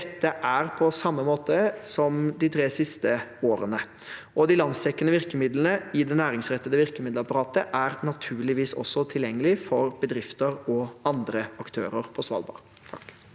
og UNIS, på samme måte som de tre siste årene. De landsdekkende virkemidlene i det næringsrettede virkemiddelapparatet er naturligvis også tilgjengelig for bedrifter og andre aktører på Svalbard.